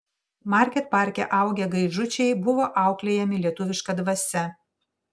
market parke augę gaižučiai buvo auklėjami lietuviška dvasia